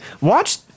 watch